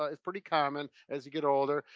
ah it's pretty common, as you get older,